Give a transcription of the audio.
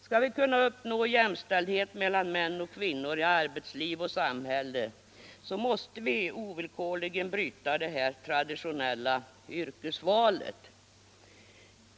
Skall vi kunna uppnå jämställdhet mellan män och kvinnor i arbetsliv och samhälle måste vi ovillkorligen bryta det traditionella yrkesvalet.